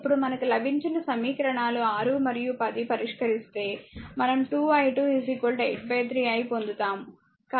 ఇప్పుడు మనకు లభించిన సమీకరణాలు 6 మరియు 10 పరిష్కరిస్తే మనం 2 i2 83i పొందుతాము